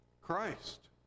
Christ